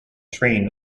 train